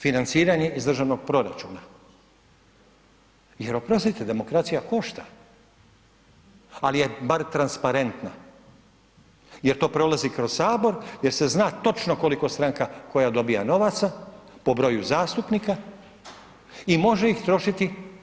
Pa povećajmo financiranje iz državnog proračuna jer oprostite, demokracija košta, ali je bar transparentna jer to prolazi kroz Sabor, jer se zna točno koliko stranka koja dobiva novaca po broju zastupnika i može ih trošiti.